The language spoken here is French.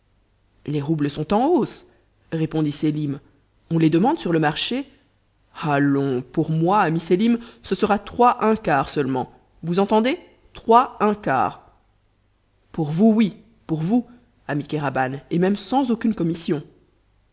les roubles sont en hausse répondit sélim on les demande sur le marché allons pour moi ami sélim ce sera trois un quart seulement vous entendez trois un quart pour vous oui pour vous ami kéraban et même sans aucune commission